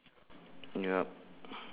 yup